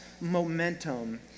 momentum